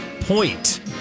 point